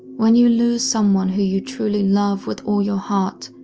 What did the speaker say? when you lose someone who you truly love with all your heart,